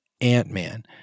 ant-man